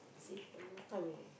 see only like five minute only